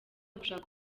gushaka